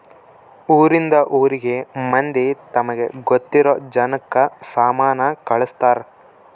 ಊರಿಂದ ಊರಿಗೆ ಮಂದಿ ತಮಗೆ ಗೊತ್ತಿರೊ ಜನಕ್ಕ ಸಾಮನ ಕಳ್ಸ್ತರ್